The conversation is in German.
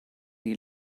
die